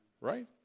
Right